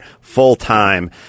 full-time